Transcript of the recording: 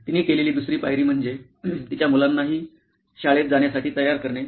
तिने केलेली दुसरी पायरी म्हणजे तिच्या मुलांनाही शाळेत जाण्यासाठी तयार करणे